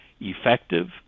effective